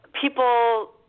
people